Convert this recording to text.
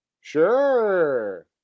Sure